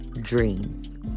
dreams